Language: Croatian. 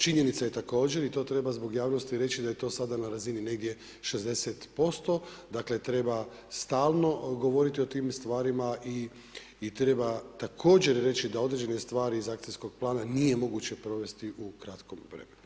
Činjenica je također i to treba zbog javnosti reći da je to sada na razini negdje 60% dakle treba stalno govoriti o tim stvarima i treba također reći da određene stvari iz akcijskog plana nije moguće provesti u kratkom vremenu.